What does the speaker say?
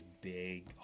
big